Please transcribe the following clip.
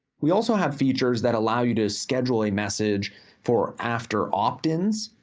we also have features that allow you to schedule a message for after opt-ins.